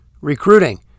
recruiting